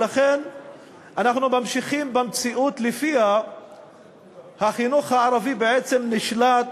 ולכן אנחנו ממשיכים במציאות שלפיה החינוך הערבי בעצם נשלט